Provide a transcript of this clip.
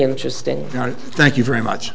interesting thank you very much